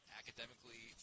academically